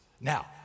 Now